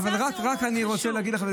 אני רק רוצה להגיד לך,